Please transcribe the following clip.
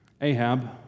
Ahab